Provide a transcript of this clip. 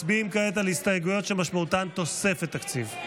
מצביעים כעת על הסתייגויות שמשמעותן תוספת תקציב.